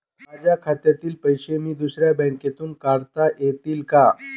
माझ्या खात्यातील पैसे मी दुसऱ्या बँकेतून काढता येतील का?